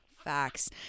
Facts